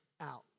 out